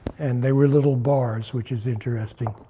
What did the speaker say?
and there were little bars, which is interesting.